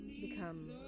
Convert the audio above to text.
become